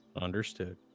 Understood